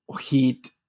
heat